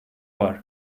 var